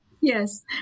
yes